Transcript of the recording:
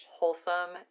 Wholesome